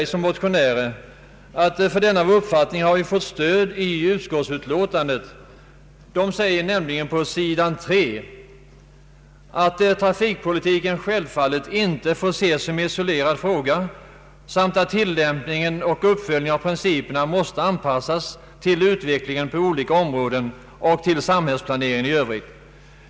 Vi som motionärer anser att utskottsutlåtandet ger oss stöd för denna uppfattning. På s. 3 står nämligen ”att trafikpolitiken självfallet inte får ses som en isolerad fråga samt att tillämpningen och uppföljningen av principerna måste anpassas till utvecklingen på olika områden och till samhällsplaneringen i övrigt.